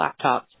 laptops